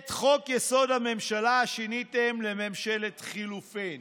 את חוק-יסוד: הממשלה שיניתם לממשלת חילופים,